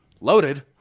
Loaded